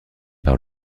par